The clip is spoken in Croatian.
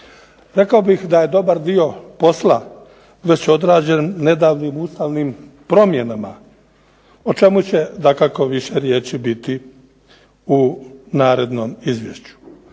Rekao bih da je dobar dio posla već odrađen nedavnim ustavnim promjenama o čemu će dakako više biti u narednom izvješću.